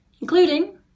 including